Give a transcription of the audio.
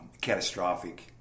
catastrophic